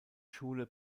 schule